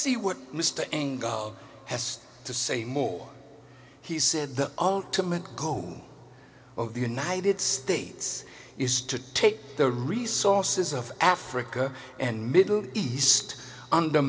see what mr angle has to say more he said the ultimate goal of the united states is to take the resources of africa and middle east und